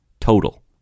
total